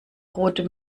rote